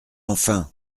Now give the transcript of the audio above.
enfin